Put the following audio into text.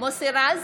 מוסי רז,